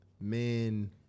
men